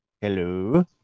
Hello